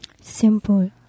Simple